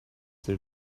their